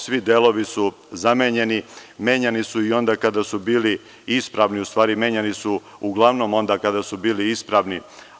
Svi delovi su zamenjeni, menjani su i onda kada su bili ispravni, odnosno, menjani su uglavnom onda kada su bili ispravni.